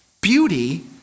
beauty